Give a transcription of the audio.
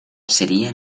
seria